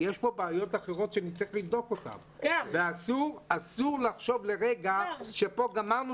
יש פה בעיות אחרות שנצטרך לבדוק אותן ואסור לחשוב לרגע שפה גמרנו